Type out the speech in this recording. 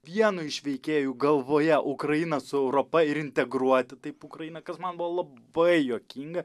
vieno iš veikėjų galvoje ukrainą su europa ir integruoti taip ukrainą kas man buvo labai juokinga